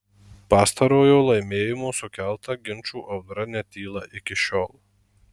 pastarojo laimėjimo sukelta ginčų audra netyla iki šiol